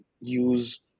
use